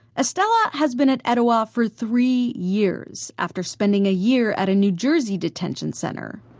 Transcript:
estrela has been at etowah for three years, after spending a year at a new jersey detention center.